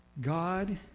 God